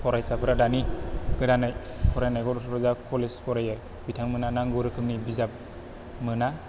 फरायसाफोरा दानि गोदानै फरायनाय गथ'फोरा कलेज फरायो बिथांमोना नांगौ रोखोमनि बिजाब मोना